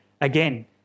again